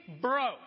broke